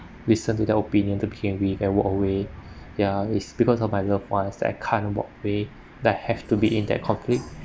listen to their opinion to be angry and walk away ya it's because of my loved ones that I can't walk away that I have to be in that conflict